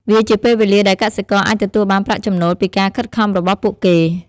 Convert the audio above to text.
វាជាពេលវេលាដែលកសិករអាចទទួលបានប្រាក់ចំណូលពីការខិតខំរបស់ពួកគេ។